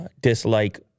dislike